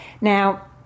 Now